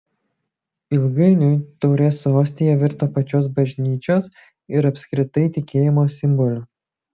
ilgainiui taurė su ostija virto pačios bažnyčios ir apskritai tikėjimo simboliu